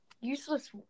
Useless